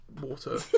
water